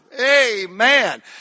amen